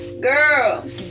girl